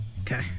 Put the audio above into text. Okay